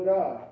God